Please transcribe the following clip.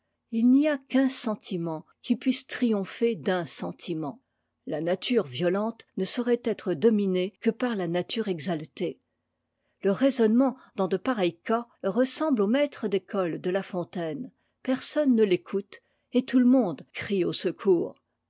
il n'y a qu'un sentiment qui puisse triompher d'un sentiment la nature violente ne saurait être dominée que par la nature exattée le raisonnement dans de pareils cas ressemble au maître d'école de la fontaine personne ne l'écoute et tout le monde crie au secours